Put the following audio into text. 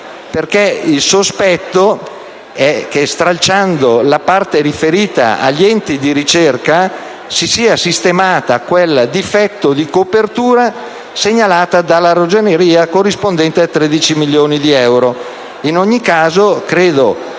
Il sospetto è che, stralciando la parte riferita agli enti di ricerca, si sia sistemato quel difetto di copertura segnalato dalla Ragioneria, corrispondente a 13 milioni di euro.